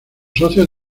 socios